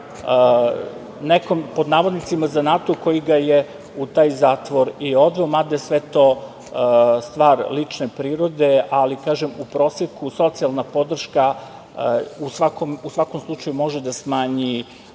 nekom, pod navodnicima zanatu koji ga je u taj zatvor i odveo, mada je sve to stvar lične prirode, ali kažem u proseku socijalna podrška u svakom slučaju može da smanji